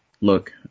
look